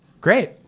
Great